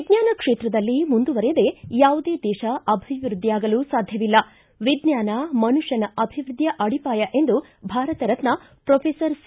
ವಿಜ್ಞಾನ ಕ್ಷೇತ್ರದಲ್ಲಿ ಮುಂದುವರೆಯದೇ ಯಾವುದೇ ದೇಶ ಅಭಿವೃದ್ದಿಯಾಗಲು ಸಾಧ್ಯವಿಲ್ಲ ವಿಜ್ಞಾನ ಮನುಷ್ಯನ ಅಭಿವೃದ್ದಿಯ ಅಡಿಪಾಯ ಎಂದು ಭಾರತರತ್ನ ಪ್ರೊಫೆಸರ್ ಸಿ